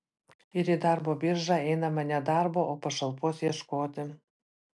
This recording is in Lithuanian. ir į darbo biržą einama ne darbo o pašalpos ieškoti